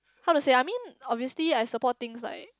how to say I mean obviously I support things like